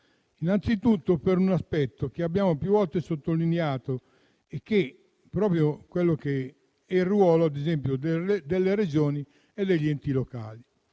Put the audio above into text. innanzitutto per un aspetto che abbiamo più volte sottolineato, cioè il ruolo delle Regioni e degli enti locali.